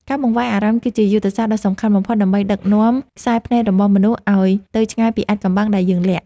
ការបង្វែរអារម្មណ៍គឺជាយុទ្ធសាស្ត្រដ៏សំខាន់បំផុតដើម្បីដឹកនាំខ្សែភ្នែករបស់មនុស្សឱ្យទៅឆ្ងាយពីអាថ៌កំបាំងដែលយើងលាក់។